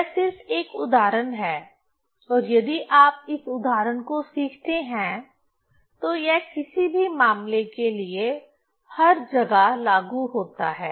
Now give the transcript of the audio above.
यह सिर्फ एक उदाहरण है और यदि आप इस उदाहरण को सीखते हैं तो यह किसी भी मामले के लिए हर जगह लागू होता है